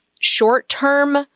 short-term